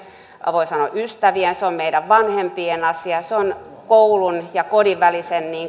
voi sanoa ystävien se on meidän vanhempien asia on koulun ja kodin välisen